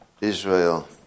Israel